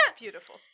Beautiful